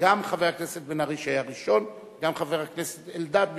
שנערך על-ידי תלמידי בית-הספר ביוזמת משרד החינוך